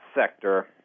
sector